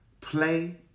play